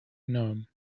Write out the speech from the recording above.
gnome